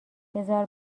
بزار